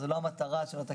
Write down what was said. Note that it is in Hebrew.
זאת לא המטרה של התקנות.